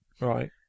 Right